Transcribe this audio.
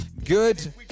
Good